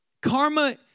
Karma